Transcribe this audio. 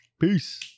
peace